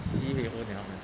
sibeh ee niao